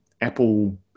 Apple